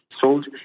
sold